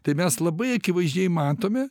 tai mes labai akivaizdžiai matome